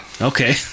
Okay